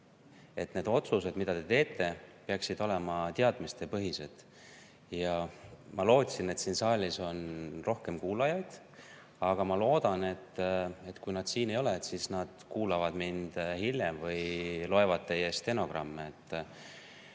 need otsused, mida te teete, peaksid olema teadmistepõhised. Ma lootsin, et siin saalis on rohkem kuulajaid. Aga ma loodan, et kui nad siin ei ole, siis nad kuulavad mind hiljem või loevad teie stenogramme.